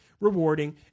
rewarding